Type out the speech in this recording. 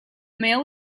male